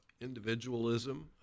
individualism